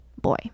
boy